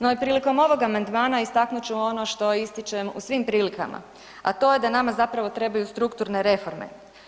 No i prilikom ovog amandmana istaknut ću ono što ističem u svim prilikama, a to je da nama zapravo trebaju strukturne reforme.